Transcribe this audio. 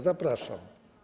Zapraszam.